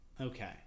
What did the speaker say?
Okay